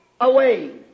away